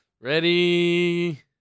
ready